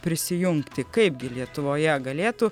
prisijungti kaipgi lietuvoje galėtų